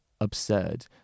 absurd